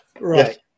Right